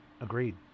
Agreed